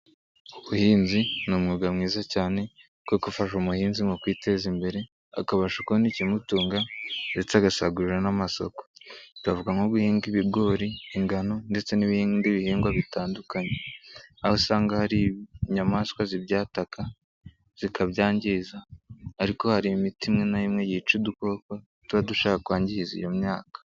Ubuhinzi ni umwuga mwiza cyane kuko ufasha umuhinzi mu kwiteza imbere, akabasha kubona ikimutunga ndetse agasagurira n'amasoko. Twavuga nko guhinga ibigori, ingano ndetse n'ibindi bihingwa bitandukanye. Aho usanga hari inyamaswa zibyataka, zikabyangiza ariko hari imiti imwe na imwe yica udukoko, tuba dushaka kwangiza iyo myaka.